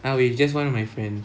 ah with just one of my friend